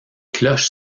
cloches